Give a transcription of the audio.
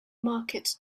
market